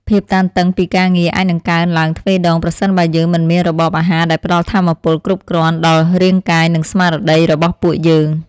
ភាពតានតឹងពីការងារអាចនឹងកើនឡើងទ្វេដង ប្រសិនបើយើងមិនមានរបបអាហារដែលផ្តល់ថាមពលគ្រប់គ្រាន់ដល់រាងកាយ និងស្មារតីរបស់ពួកយើង។